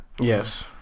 Yes